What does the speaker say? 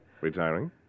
Retiring